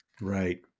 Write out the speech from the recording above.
Right